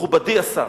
מכובדי השר,